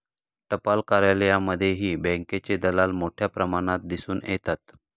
टपाल कार्यालयांमध्येही बँकेचे दलाल मोठ्या प्रमाणात दिसून येतात